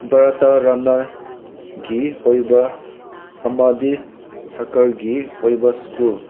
ꯚꯥꯔꯠꯇ ꯂꯅꯥꯏꯒꯤ ꯑꯣꯏꯕ ꯑꯃꯗꯤ ꯁꯔꯀꯥꯔꯒꯤ ꯑꯣꯏꯕ ꯁ꯭ꯀꯨꯜ